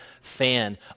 fan